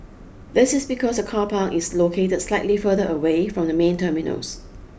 this is because the car park is located slightly further away from the main terminals